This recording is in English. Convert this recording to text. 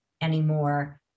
anymore